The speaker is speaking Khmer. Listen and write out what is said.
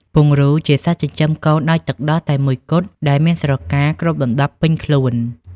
ពង្រូលជាសត្វចិញ្ចឹមកូនដោយទឹកដោះតែមួយគត់ដែលមានស្រកាគ្របដណ្ដប់ពេញខ្លួន។